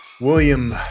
William